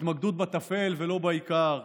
התמקדות בטפל ולא בעיקר,